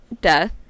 death